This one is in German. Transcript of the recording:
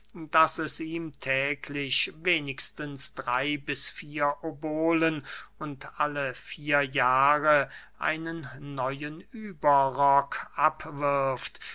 daß es ihm täglich wenigstens drey bis vier obolen und alle vier jahre einen neuen überrock abwirft